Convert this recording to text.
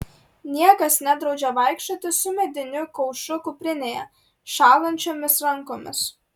niekas nedraudžia vaikščioti su mediniu kaušu kuprinėje šąlančiomis rankomis